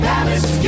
Palace